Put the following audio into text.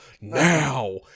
now